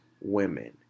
women